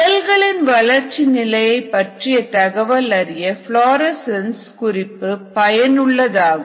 செல்களின் வளர்ச்சி நிலையை பற்றிய தகவல் அறிய புளோரசன்ஸ் குறிப்பு பயனுள்ளதாகும்